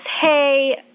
hey